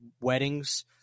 weddings